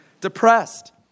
depressed